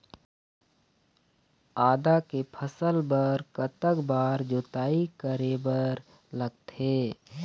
आदा के फसल बर कतक बार जोताई करे बर लगथे?